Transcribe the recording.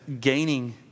gaining